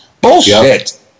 Bullshit